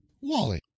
Wally